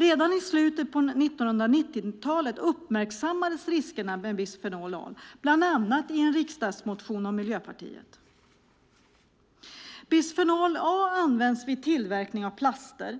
Redan i slutet av 1990-talet uppmärksammades riskerna med bisfenol A, bland annat i en riksdagsmotion av Miljöpartiet. Bisfenol A används vid tillverkning av plaster,